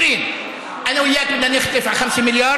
20. אני ואתה רוצים להעלים 5 מיליארד,)